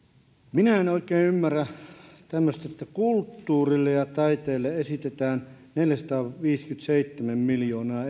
minä en oikein ymmärrä tämmöistä että kulttuurille ja taiteelle esitetään neljäsataaviisikymmentäseitsemän miljoonaa